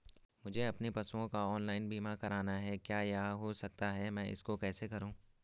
मुझे अपने पशुओं का ऑनलाइन बीमा करना है क्या यह हो सकता है मैं इसको कैसे करूँ?